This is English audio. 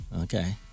Okay